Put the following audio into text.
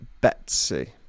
Betsy